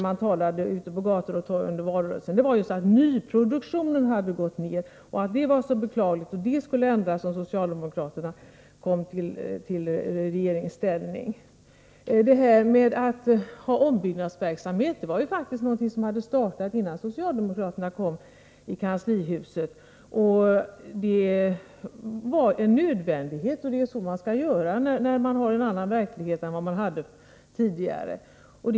Det sades på gator och torg att nyproduktionen gått ned, att det var beklagligt och att det skulle ändras om socialdemokraterna kom i regeringsställning. Men ombyggnadsverksamheten hade faktiskt startat innan socialdemokraterna kom till kanslihuset. Det var en nödvändighet att börja med den — och det är så man skall göra när verkligheten blir en annan än den man tidigare hade.